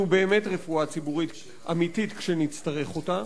באמת רפואה ציבורית אמיתית כשנצטרך אותה.